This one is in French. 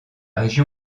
région